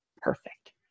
perfect